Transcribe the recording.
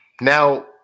Now